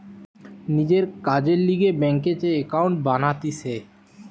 নিজের কাজের লিগে ব্যাংকে যে একাউন্ট বানাতিছে